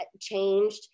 changed